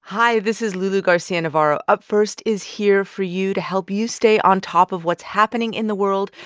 hi. this is lulu garcia-navarro. up first is here for you to help you stay on top of what's happening in the world,